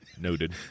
Noted